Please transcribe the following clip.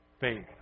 faith